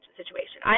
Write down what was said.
situation